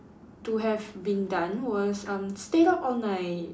to have been done was um stayed up all night